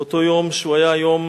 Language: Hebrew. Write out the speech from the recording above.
באותו יום, שהיה יום